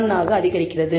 9891 ஆக அதிகரிக்கிறது